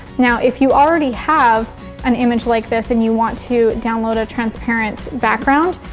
now, if you already have an image like this and you want to download a transparent background,